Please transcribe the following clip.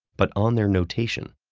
but on their notation.